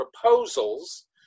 proposals